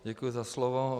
Děkuji za slovo.